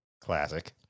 classic